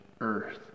earth